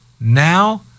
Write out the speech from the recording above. Now